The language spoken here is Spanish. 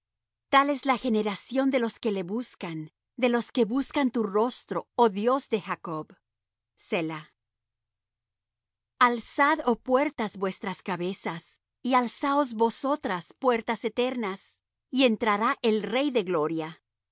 tal es la generación de los que le buscan de los que buscan tu rostro oh dios de jacob selah alzad oh puertas vuestras cabezas y alzaos vosotras puertas eternas y entrará el rey de gloria